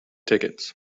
tickets